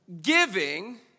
giving